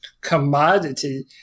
commodity